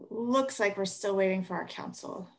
looks like we're still waiting for counsel